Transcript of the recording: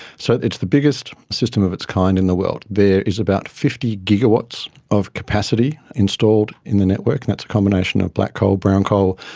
so it's the biggest system of its kind in the world. there is about fifty gigawatts of capacity installed in the network, that's a combination of black coal, brown coal,